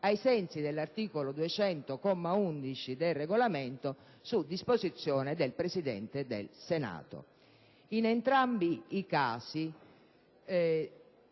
sensi dell'articolo 100, comma 11, del Regolamento, su disposizione del Presidente del Senato. Nel primo caso,